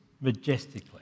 majestically